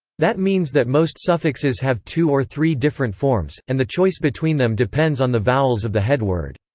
that means that most suffixes have two or three different forms, and the choice between them depends on the vowels of the head word.